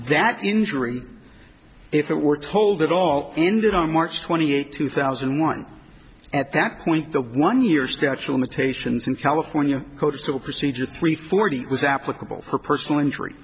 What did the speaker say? that injury if it were told at all ended on march twenty eighth two thousand and one at that point the one year statue imitation in california code civil procedure three forty was applicable for personal injury